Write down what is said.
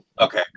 Okay